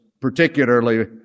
particularly